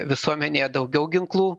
visuomenėje daugiau ginklų